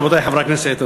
רבותי חברי הכנסת,